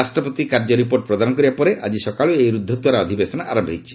ରାଷ୍ଟ୍ରପତି କାର୍ଯ୍ୟ ରିପୋର୍ଟ ପ୍ରଦାନ କରିବା ପରେ ଆକି ସକାଳୁ ଏହି ରୁଦ୍ଧଦ୍ୱାର ଅଧିବେଶନ ଆରମ୍ଭ ହୋଇଛି